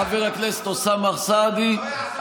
חבר הכנסת אוסאמה סעדי,